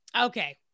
okay